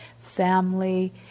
family